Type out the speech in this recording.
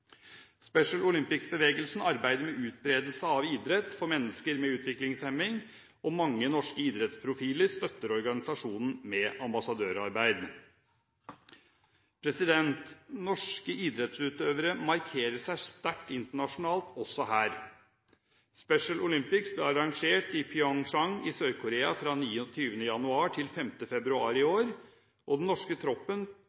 Special Olympics-bevegelsen arbeider med utbredelse av idrett for mennesker med utviklingshemning, og mange norske idrettsprofiler støtter organisasjonen med ambassadørarbeid. Norske idrettsutøvere markerer seg sterkt internasjonalt også her. Special Olympics ble arrangert i Pyeongchang i Sør-Korea fra 29. januar til 5. februar i